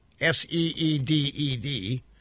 S-E-E-D-E-D